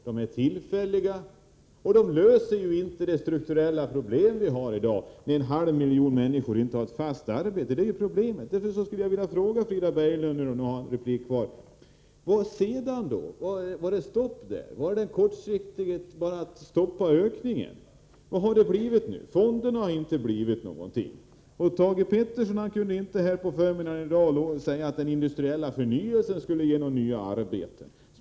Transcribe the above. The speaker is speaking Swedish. De är tillfälliga och löser inte de strukturella problem som vi har i dag när en halv miljon människor inte har ett fast arbete. Det är problemet. Därför skulle jag vilja fråga Frida Berglund, medan hon har någon replikrätt kvar: Sedan då, var det stopp där? Gällde det bara att kortsiktigt stoppa ökningen? Vilka resultat har ni nått? Fonderna har inte blivit något. Thage Peterson kunde inte på förmiddagen i dag säga att den industriella förnyelsen skulle ge några nya arbeten.